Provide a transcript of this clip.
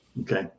Okay